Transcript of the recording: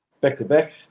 Back-to-back